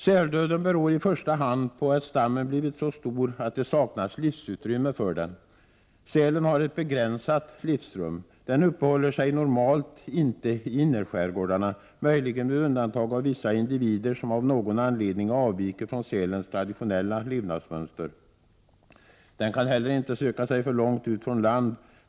Säldöden beror i första hand på att stammen blivit så stor att det saknas livsutrymme för den. Sälen har ett begränsat livsrum. Den uppehåller sig normalt inte i innerskärgårdarna, möjligen med undantag av vissa individer, som av någon anledning avviker från sälens traditionella levnadsmönster. Den kan heller inte söka sig för långt ut från land.